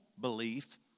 belief